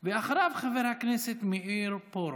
אחריו, חבר הכנסת מאיר פרוש.